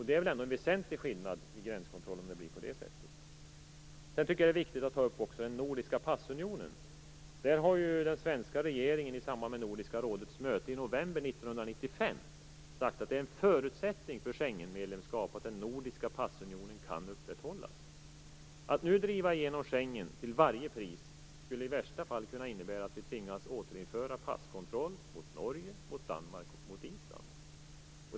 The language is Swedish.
Det är väl en väsentlig skillnad om det blir på det sättet vid gränskontrollerna. Det är viktigt att ta upp den nordiska passunionen. Den svenska regeringen har i samband med Nordiska rådets möte i november 1995 sagt att det är en förutsättning för Schengenmedlemskap att den nordiska passunionen kan upprätthållas. Att nu till varje pris driva igenom en medverkan i Schengensamarbetet skulle i värsta fall kunna innebära att vi tvingas återinföra passkontroll gentemot Norge, Danmark och Island.